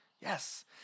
yes